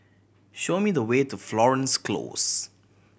show me the way to Florence Close